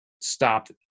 stopped